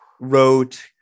wrote